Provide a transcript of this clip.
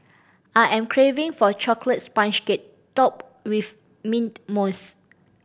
I am craving for a chocolate sponge cake topped with mint mousse